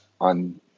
on